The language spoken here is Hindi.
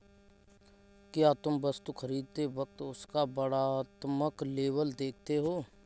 क्या तुम वस्तु खरीदते वक्त उसका वर्णात्मक लेबल देखते हो?